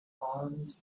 armed